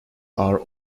are